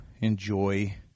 enjoy